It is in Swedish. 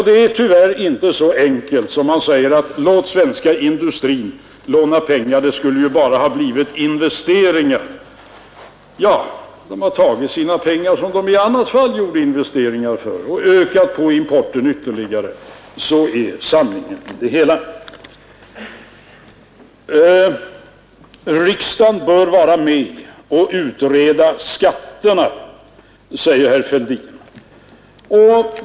Det är tyvärr inte så enkelt att man säger: Låt den svenska industrin låna pengar — det skulle ju bara ha blivit investeringar. Ja, de har tagit de pengar som man i annat fall investerade för och ökat på importen ytterligare. Så är sanningen om det hela. Riksdagen bör vara med och utreda skatterna, säger herr Fälldin.